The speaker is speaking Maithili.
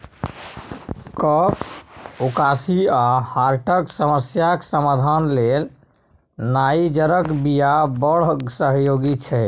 कफ, उकासी आ हार्टक समस्याक समाधान लेल नाइजरक बीया बड़ सहयोगी छै